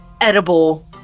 edible